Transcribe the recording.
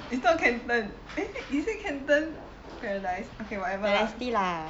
is not Canton eh is it Canton Paradise okay lah whatever lah